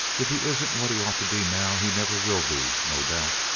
if he isn't what he ought to be now, he never will be, no doubt.